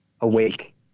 awake